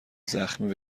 زخمتی